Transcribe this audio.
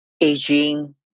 aging